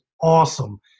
awesome